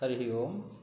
हरिः ओम्